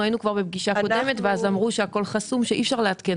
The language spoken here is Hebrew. אנחנו היינו בפגישה קודמת ואז אמרו שהכול חסום ואי אפשר לעדכן.